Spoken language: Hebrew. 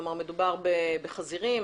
כלומר מדובר בחזירים,